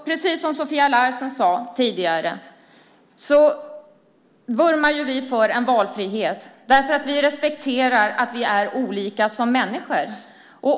Precis som Sofia Larsen sade tidigare vurmar vi för en valfrihet. Vi respekterar att vi är olika som människor.